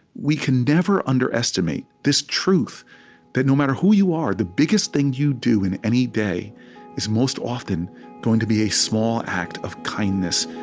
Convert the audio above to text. we can never underestimate, underestimate, this truth that no matter who you are, the biggest thing you do in any day is most often going to be a small act of kindness,